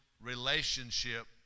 relationship